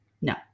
No